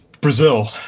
Brazil